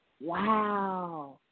wow